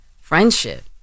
friendship